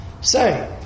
Say